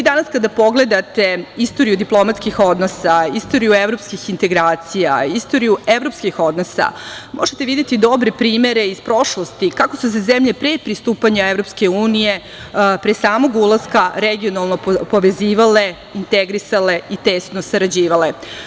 Danas kada pogledate istoriju diplomatskih odnosa, istoriju evropskih integracija, istoriju evropskih odnosa, možete videti dobre primere iz prošlosti kako su se zemlje pre pristupanja EU, pre samog ulaska regionalnog povezivale, integrisale i tesno sarađivale.